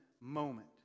moment